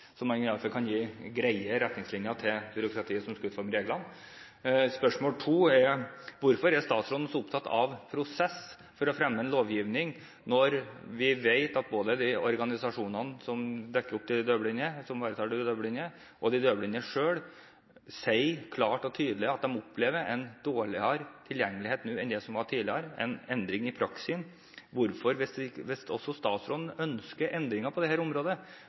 så man kan gi greie retningslinjer til byråkratiet, som skal utforme reglene? Spørsmål to: Hvorfor er statsråden så opptatt av prosess for å fremme en lovgivning, når vi vet at både de organisasjonene som ivaretar de døvblinde, og de døvblinde selv, sier klart og tydelig at de opplever en dårligere tilgjengelighet nå enn det som var tilfellet tidligere, altså en endring i praksis? Hvorfor, hvis også statsråden ønsker endringer på dette området,